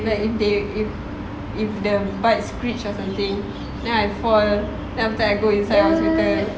like if they if their bike screech or something then I fall then after that I go inside hospital